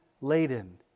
laden